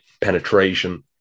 penetration